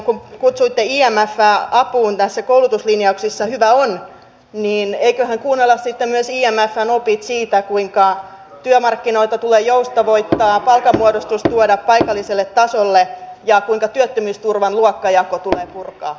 kun kutsuitte imfää apuun koulutuslinjauksissa hyvä on eiköhän kuunnella sitten myös imfn opit siitä kuinka työmarkkinoita tulee joustavoittaa palkanmuodostus tuoda paikalliselle tasolle ja kuinka työttömyysturvan luokkajako tulee purkaa